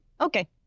Okay